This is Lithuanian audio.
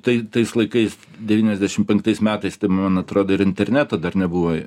tai tais laikais devyniasdešim penktais metais tai man atrodo ir interneto dar nebuvai